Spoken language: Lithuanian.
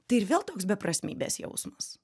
tai ir vėl toks beprasmybės jausmas